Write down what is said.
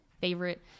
favorite